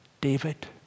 David